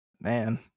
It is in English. Man